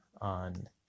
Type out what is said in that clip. on